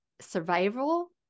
survival